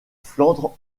flandre